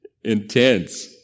intense